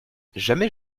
jamais